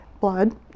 blood